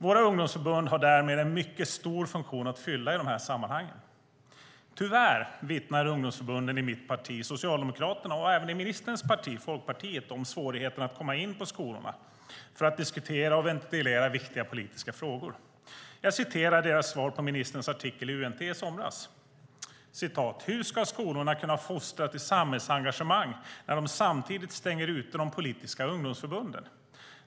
Våra ungdomsförbund har därmed en mycket stor funktion att fylla i de här sammanhangen. Tyvärr vittnar ungdomsförbunden i mitt parti, Socialdemokraterna, och även i ministerns parti, Folkpartiet, om svårigheterna för partierna att komma in på skolorna för att diskutera och ventilera viktiga politiska frågor. Jag citerar deras svar på ministerns artikel i UNT i somras: "Hur ska skolorna kunna fostra till samhällsengagemang när de samtidigt stänger ute de politiska ungdomsförbunden?"